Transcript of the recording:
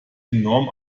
enorm